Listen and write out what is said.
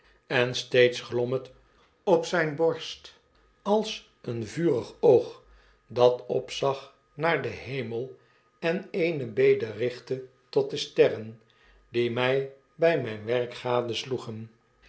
en steeds glom het op ziyne borst als een vurig oog hat opzag naar den hemel en eene bedenchtte tot de sterren die my by myn